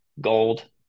Gold